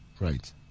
right